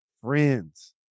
friends